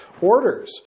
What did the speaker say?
orders